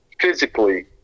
physically